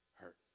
hurt